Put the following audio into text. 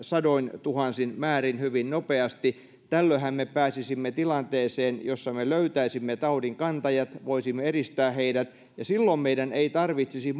sadointuhansin määrin hyvin nopeasti tällöinhän me pääsisimme tilanteeseen jossa me löytäisimme taudinkantajat voisimme eristää heidät ja silloin meidän ei tarvitsisi